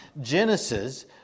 Genesis